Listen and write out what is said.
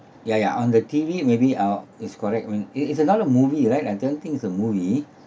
ya ya on the T_V maybe uh it's correct when it is another movie right I don't think it's a movie